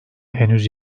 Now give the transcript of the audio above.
henüz